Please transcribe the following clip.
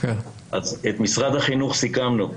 את משרד החינוך סיכמנו,